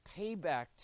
payback